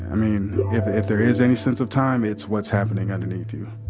mean, if if there is any sense of time, it's what's happening underneath you